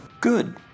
Good